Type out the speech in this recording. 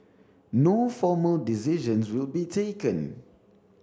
no formal decisions will be taken